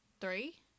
three